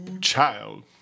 Child